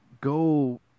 go